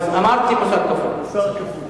אמרתי: מוסר כפול.